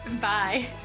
bye